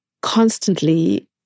constantly